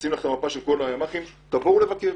אפרוס בפנייך מפה של כל הימ"חים ותבואו לבקר.